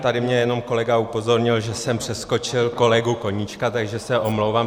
Tady mě jenom kolega upozornil, že jsem přeskočil kolegu Koníčka, takže se omlouvám.